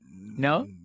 no